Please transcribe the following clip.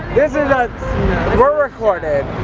this is a we're recorded.